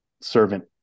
servant